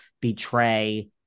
betray